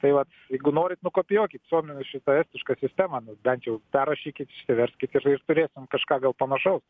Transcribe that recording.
tai vat jeigu norit nukopijuokit suomių šitą estišką sistemą bent jau perrašykit išsiverskit ir ir turėsim kažką gal panašaus